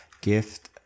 gift